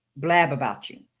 blab about you,